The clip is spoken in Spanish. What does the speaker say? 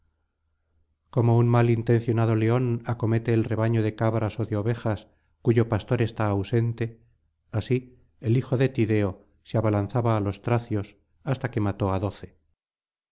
como un mal intencionado león acomete al rebaño de cabras ó de ovejas cuyo pastor está ausente así el hijo de tideo se abalanzaba á los tracios hasta que mató á doce